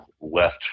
left